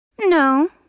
No